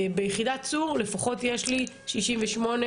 יודעת, אבל אני רוצה להגיד לך משהו.